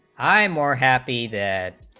i'm more happy that